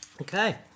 Okay